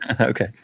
Okay